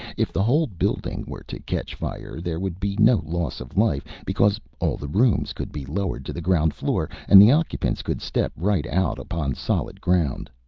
if the whole building were to catch fire, there would be no loss of life, because all the rooms could be lowered to the ground-floor, and the occupants could step right out upon solid ground.